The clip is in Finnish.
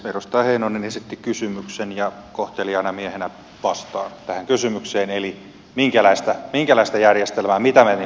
edustaja heinonen esitti kysymyksen ja kohteliaana miehenä vastaan tähän kysymykseen minkälaista järjestelmää ja mitä me haluamme tällä